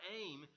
aim